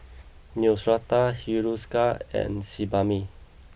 Neostrata Hiruscar and Sebamed